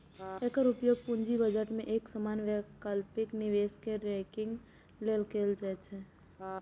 एकर उपयोग पूंजी बजट मे एक समान वैकल्पिक निवेश कें रैंकिंग लेल कैल जाइ छै